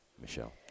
Michelle